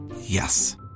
Yes